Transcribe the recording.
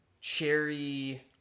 cherry